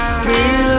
feel